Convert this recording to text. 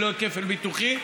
שלא יהיה כפל ביטוחי,